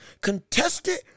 contested